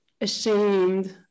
ashamed